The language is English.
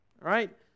Right